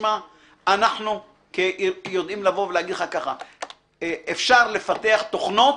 אנחנו יודעים להגיד לך ככה: אפשר לפתח תוכנות